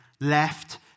left